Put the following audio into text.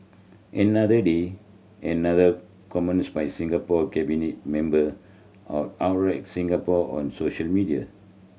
another day another comments by Singapore cabinet member Singapore on social media